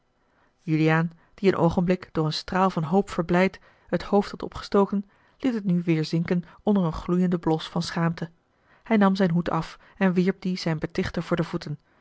juliaan die een oogenblik door een straal van hoop verblijd het hoofd had opgestoken liet het nu weêr zinken onder een gloeienden blos van schaamte hij nam zijn hoed af en wierp dien zijn betichter voor de voeten